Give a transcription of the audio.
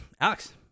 Alex